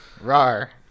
Rar